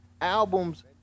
albums